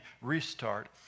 restart